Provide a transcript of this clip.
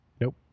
nope